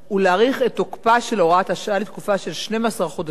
ולהאריך את תוקפה של הוראת השעה לתקופה של 12 חודשים,